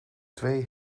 twee